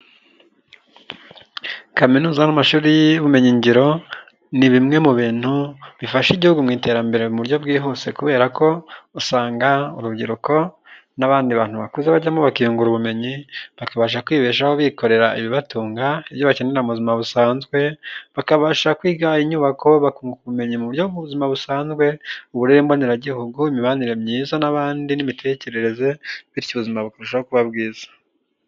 Kaminuza n'amashuri y'ubumenyingiro, ni bimwe mu bintu bifasha igihugu mu iterambere mu buryo bwihuse, kubera ko usanga urubyiruko n'abandi bantu bakuze bajyamo bakunguka ubumenyi, bakabasha kwibeshaho bikorera ibibatunga, ibyo bakenera mu buzima busanzwe bakabasha kwiga inyubako, bakunnguka ubumenyi mu buryo bw'ubuzima busanzwe, uburere mboneragihugu, imibanire myiza n'abandi, n'imitekerereze, bityo ubuzima bukarushaho kuba bwiza.